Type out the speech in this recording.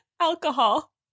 alcohol